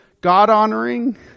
God-honoring